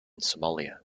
somalia